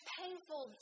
painful